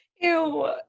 Ew